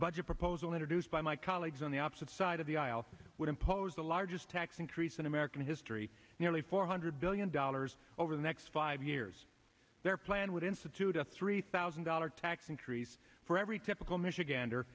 budget proposal introduced by my colleagues on the opposite side of the aisle would impose the largest tax increase in american history nearly four hundred billion dollars over the next five years their plan would institute a three thousand dollar tax increase for every typical michigan